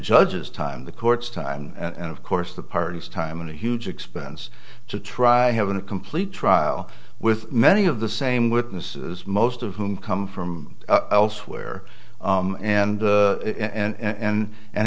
judge's time the court's time and of course the parties time and a huge expense to try having a complete trial with many of the same witnesses most of whom come from elsewhere and and and